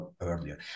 earlier